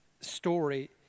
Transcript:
story